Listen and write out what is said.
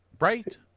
right